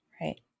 Right